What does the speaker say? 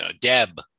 Deb